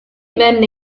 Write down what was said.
venne